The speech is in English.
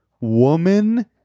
woman